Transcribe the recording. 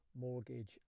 mortgage